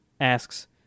asks